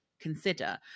consider